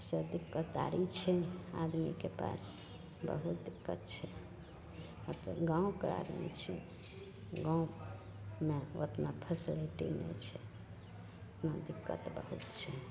ईसब दिक्कतदारी छै आदमीके पास बहुत दिक्कत छै असल गामके आदमी छै गाममे ओतना फैसिलिटी नहि छै इहाँ दिक्कत बहुत छै